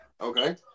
Okay